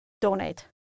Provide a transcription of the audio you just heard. donate